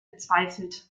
bezweifelt